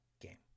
game